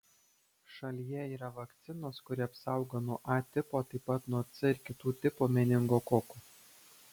šalyje yra vakcinos kuri apsaugo nuo a tipo taip pat nuo c ir kitų tipų meningokokų